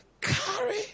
Carry